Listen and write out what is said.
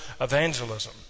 evangelism